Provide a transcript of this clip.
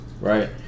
right